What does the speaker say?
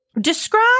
Describe